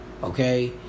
Okay